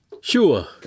Sure